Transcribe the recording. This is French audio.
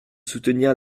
soutenir